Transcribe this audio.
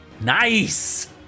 nice